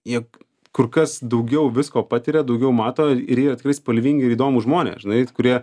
juk kur kas daugiau visko patiria daugiau mato ir jie yra tikrai spalvingi ir įdomūs žmonės žinai kurie